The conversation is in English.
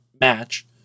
match